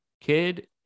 Kid